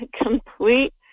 Complete